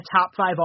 top-five